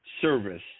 service